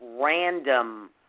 random